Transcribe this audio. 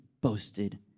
boasted